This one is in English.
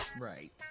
Right